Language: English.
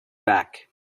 bag